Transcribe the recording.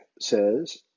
says